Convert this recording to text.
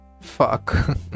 Fuck